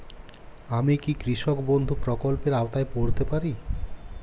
আমি কি কৃষক বন্ধু প্রকল্পের আওতায় পড়তে পারি?